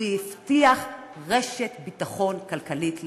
הוא הבטיח רשת ביטחון כלכלית לדרום.